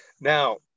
Now